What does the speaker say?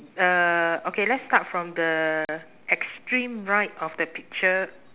uh okay let's start from the extreme right of the picture